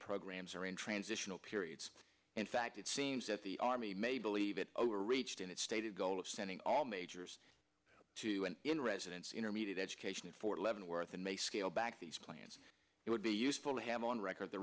programs are in transitional periods in fact it seems that the army may believe it overreached in its stated goal of sending all majors to an in residence intermediate education at fort leavenworth and may scale back these plans it would be useful to have on record the